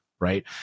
right